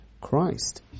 Christ